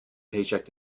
paycheck